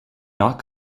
not